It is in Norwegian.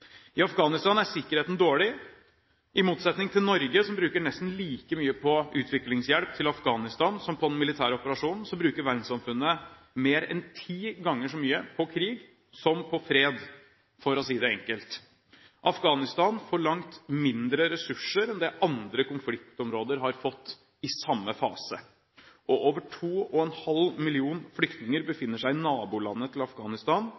I Afghanistan er sikkerheten dårlig. I motsetning til Norge, som bruker nesten like mye på utviklingshjelp til Afghanistan som på den militære operasjonen, bruker verdenssamfunnet mer enn ti ganger så mye på krig som på fred – for å si det enkelt. Afghanistan får langt mindre ressurser enn det andre konfliktområder har fått i samme fase. Over 2,5 millioner flyktninger befinner seg i nabolandene til Afghanistan,